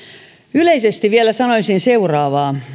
yleisesti vielä sanoisin seuraavaa